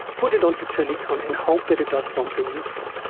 put it onto silicon and hope that it does something useful.